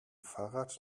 fahrrad